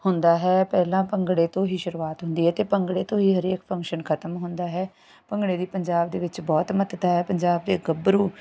ਹੁੰਦਾ ਹੈ ਪਹਿਲਾਂ ਭੰਗੜੇ ਤੋਂ ਹੀ ਸ਼ੁਰੂਆਤ ਹੁੰਦੀ ਹੈ ਅਤੇ ਭੰਗੜੇ ਤੋਂ ਹੀ ਹਰੇਕ ਫੰਕਸ਼ਨ ਖਤਮ ਹੁੰਦਾ ਹੈ ਭੰਗੜੇ ਵੀ ਪੰਜਾਬ ਦੇ ਵਿੱਚ ਬਹੁਤ ਮਹੱਤਤਾ ਹੈ ਪੰਜਾਬ ਦੇ ਗੱਭਰੂ